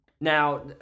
now